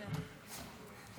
אני כבר לא חזק כמו שהייתי,